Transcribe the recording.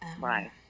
Right